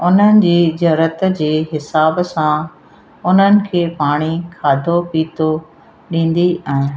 उन्हनि जी ज़रूरत जे हिसाब सां उन्हनि खे पाणी खाधो पीतो ॾींदी आहियां